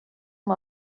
amb